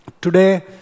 Today